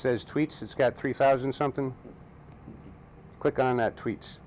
says tweets it's got three thousand something click on that tweets